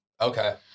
Okay